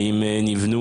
האם בונים